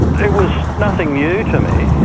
it was nothing new to me,